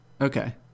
Okay